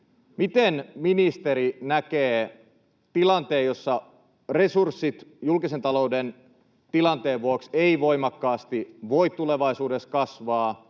Miten ministeri näkee tilanteen, jossa resurssit eivät julkisen talouden tilanteen vuoksi voi voimakkaasti tulevaisuudessa kasvaa,